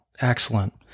Excellent